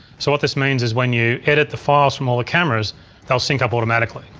so what this means is when you edit the files from all the cameras they'll sync up automatically.